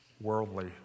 worldly